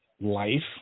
life